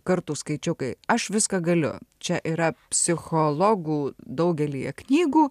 kartų skaičiau kai aš viską galiu čia yra psichologų daugelyje knygų